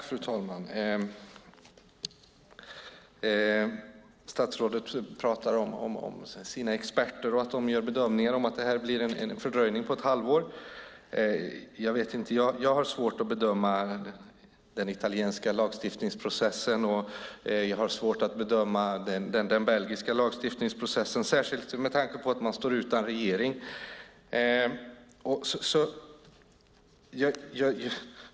Fru talman! Statsrådet pratar om sina experter och att de gör bedömningen att det blir en fördröjning på ett halvår. Jag vet inte. Jag har svårt att bedöma den italienska lagstiftningsprocessen. Jag har svårt att bedöma den belgiska lagstiftningsprocessen, särskilt med tanke på att de står utan regering.